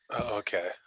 Okay